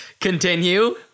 Continue